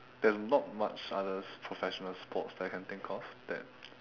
there's not much other professional sports that I can think of that